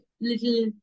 little